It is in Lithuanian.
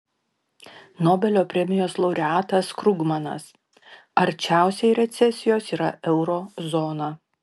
nobelio premijos laureatas krugmanas arčiausiai recesijos yra euro zona